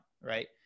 Right